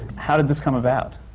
how did this come about?